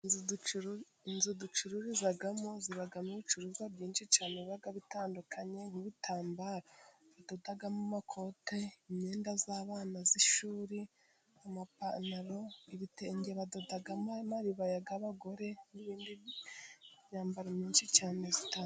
Inzu ducururizamo zibamo ibicuruzwa byinshi cyane biba bitandukanye nk'ibitambaro tudodamo amakote, imyenda y'abana y'ishuri, amapantaro, ibitenge badodamo amaribaya y'abagore n'iyindi myambaro myinshi cyane itandukanye.